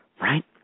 Right